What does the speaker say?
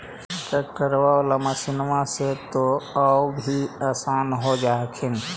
ट्रैक्टरबा बाला मसिन्मा से तो औ भी आसन हो जा हखिन?